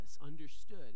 understood